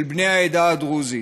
של בני העדה הדרוזית.